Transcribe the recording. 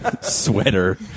sweater